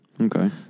Okay